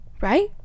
right